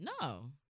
No